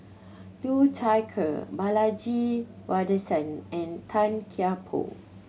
Liu Thai Ker Balaji Sadasivan and Tan Kian Por